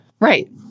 Right